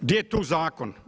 Gdje je tu zakon?